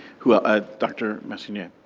who ah ah dr. messonnier.